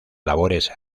labores